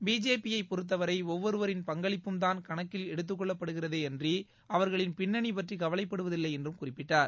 BJP யை பொறுத்தவரை ஒவ்வொருவரின் பங்களிப்பும்தான் கணக்கில் எடுத்துக் கொள்ளப்படுகிறதேயன்றி அவா்களின் பின்னணி பற்றி கவலைப்படுவதில்லை என்றும் குறிப்பிட்டார்